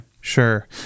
Sure